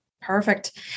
Perfect